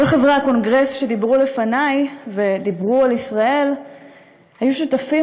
כל חברי הקונגרס שדיברו לפני ודיברו על ישראל היו שותפים